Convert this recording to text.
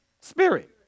spirit